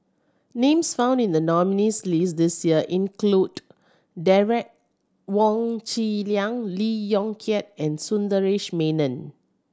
names found in the nominees' list this year include Derek Wong Zi Liang Lee Yong Kiat and Sundaresh Menon